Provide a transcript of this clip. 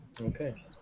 okay